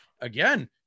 again